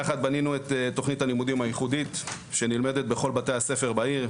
יחד בנינו את תוכנית הלימודים הייחודית שנלמדת בכל בתי הספר בעיר.